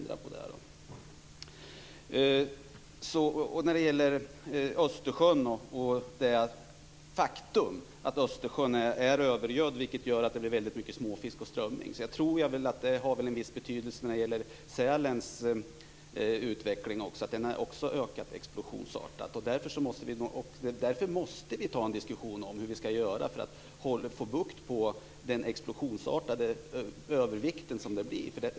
Det är ett faktum att Östersjön är övergödd, och det gör att det blir väldigt mycket småfisk och strömming. Jag tror att det har en viss betydelse när det gäller sälens utveckling också. Den har ju också ökat explosionsartat. Därför måste vi diskutera hur vi skall göra för att få bukt med den explosionsartade övervikt som uppstår.